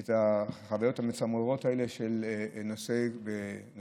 את החוויות המצמררות האלה של נהגי